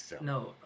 no